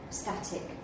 static